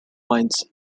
minds